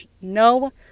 no